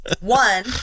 One